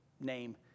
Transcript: name